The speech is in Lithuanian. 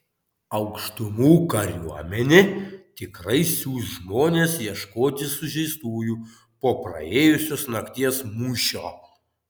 aukštumų kariuomenė tikrai siųs žmones ieškoti sužeistųjų po praėjusios nakties mūšio